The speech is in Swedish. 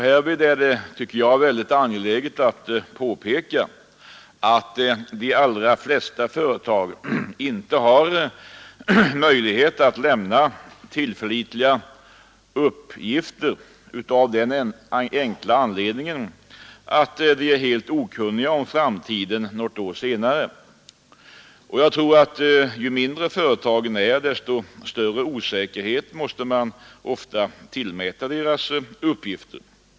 Härvid är det angeläget att påpeka, att de flesta företag inte har möjlighet att lämna tillförlitliga uppgifter, av den enkla anledningen att de är helt okunniga om sina förhållanden något år senare. Ju mindre företagen är, desto större osäkerhet måste man ofta tillmäta deras uppgifter.